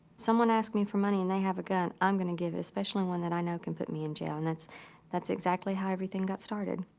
someone asks me for money and they have a gun, i'm going to give it. especially one that i know can put me in jail. and it's that's exactly how everything got started.